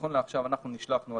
נכון לעכשיו אנחנו נשלחנו,